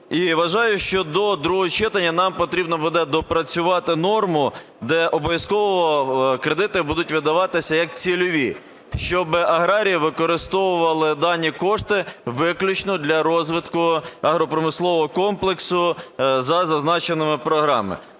вважаю, що до другого читання нам потрібно буде доопрацювати норму, де обов'язково кредити будуть видаватися як цільові, щоб аграрії використовували дані кошти виключно для розвитку агропромислового комплексу за зазначеними програмами.